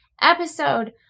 episode